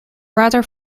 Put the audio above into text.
rather